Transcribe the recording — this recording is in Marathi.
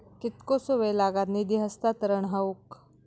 कितकोसो वेळ लागत निधी हस्तांतरण हौक?